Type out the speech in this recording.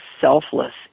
selfless